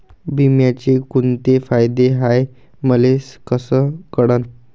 बिम्याचे कुंते फायदे हाय मले कस कळन?